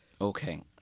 okay